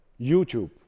YouTube